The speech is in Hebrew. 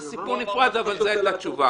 זה סיפור נפרד אבל זו היה לתשובה.